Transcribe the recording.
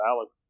Alex